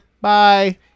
bye